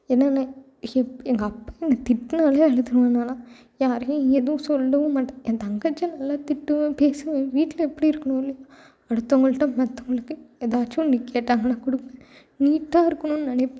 என்னன்னா எங்கள் அப்பா என்னை திட்டினாலே அழுதுருவேன் நான்லாம் யாரையும் எதுவும் சொல்லவும் மாட்டேன் என் தங்கச்சியை நல்லா திட்டுவேன் பேசுவேன் வீட்டில் எப்படி இருக்கணும்னு அடுத்தவங்கள்ட்ட மற்றவங்களுக்கு எதாச்சும் ஒன்று கேட்டாங்கனா கொடுப்பேன் நீட்டாக இருக்கணும்னு நெனைப்பேன்